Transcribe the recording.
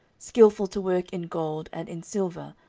skilful to work in gold, and in silver,